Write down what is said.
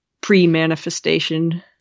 pre-manifestation